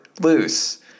loose